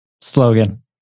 slogan